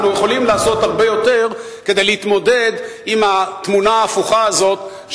אנחנו יכולים לעשות הרבה יותר כדי להתמודד עם התמונה ההפוכה הזאת,